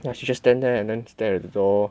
yeah she just stand there and then stare at the door